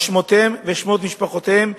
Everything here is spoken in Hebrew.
על שמותיהם ושמות המשפחה שלהם,